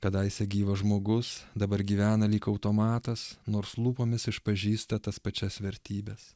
kadaise gyvas žmogus dabar gyvena lyg automatas nors lūpomis išpažįsta tas pačias vertybes